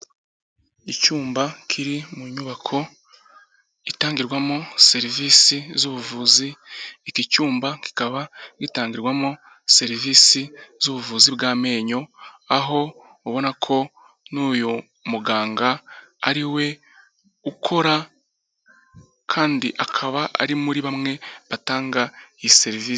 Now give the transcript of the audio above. Ivyumba kiri mu nyubako itangirwamo serivisi z'ubuvuzi, iki cyumba kikaba gitangirwamo serivisi z'ubuvuzi bw'amenyo, aho ubona ko n'uyu muganga ari we ukora kandi akaba ari muri bamwe batanga iyi serivisi.